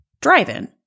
drive-in